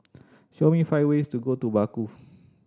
show me five ways to go to Baku